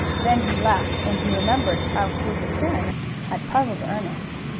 then he laughed when he remembered how his appearance had puzzled ernest.